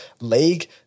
league